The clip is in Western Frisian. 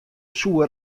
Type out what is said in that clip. soe